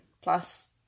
plus